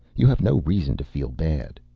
you have no reason to feel bad.